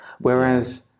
Whereas